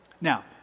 Now